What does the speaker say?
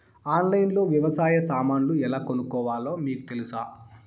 ఆన్లైన్లో లో వ్యవసాయ సామాన్లు ఎలా కొనుక్కోవాలో మీకు తెలుసా?